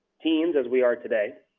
teens as we are today,